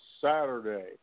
Saturday